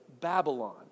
Babylon